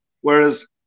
Whereas